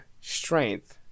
strength